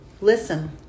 Listen